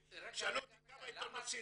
שאלו אותי כמה העיתון מפסיד,